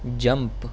jump